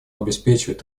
обеспечивать